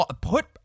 put –